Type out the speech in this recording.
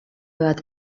bat